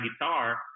guitar